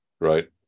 Right